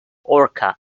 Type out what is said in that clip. orca